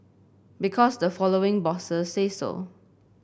because the following bosses say so